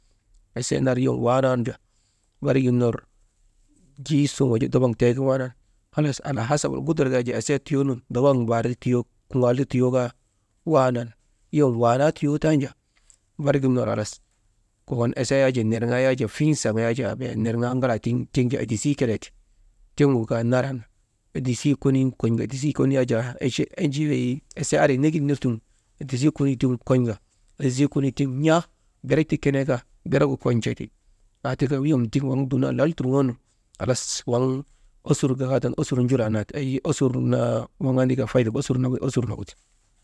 Esee nar yom waanan jaa bargin gissun wujaa daŋ tegin waanan halas alaa hasap alŋudurak yak jaa esee tiyoonun dabaŋ mbaar ti tiyoo, kuŋaal ti tiyoo kaa waanan yom waanaaa tiyoo tanja, barigin ner kokon esee yak jaa nirgaa jak jaa fiisaŋ yak jaa bee nirŋaa ŋalaa tiŋ edisii kelee ti, tiŋgu kaa naran edisii konii yak jaa enjii weyii esee andri nagil nir tiŋgu edisii tiŋgu kon̰oka, edisii konii tiŋgu n̰a berek ti kenee kaa beregu kon̰tee ti, aatika yom tiŋ waŋ dumnan lal turŋoonu halas tiŋ our njullatik eyi osur naa waŋ andaka faydek osur nagu ti.